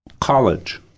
college